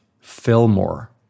Fillmore